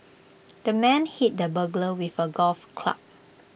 the man hit the burglar with A golf club